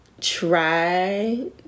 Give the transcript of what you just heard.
try